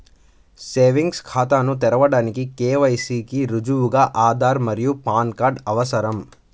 savings ఖాతాను తెరవడానికి KYC కి రుజువుగా ఆధార్ మరియు పాన్ కార్డ్ అవసరం